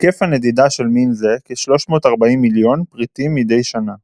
היקף הנדידה של מין זה - כ-340 מיליון פרטים מדי שנה.